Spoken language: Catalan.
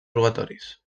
robatoris